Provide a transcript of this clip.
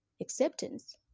acceptance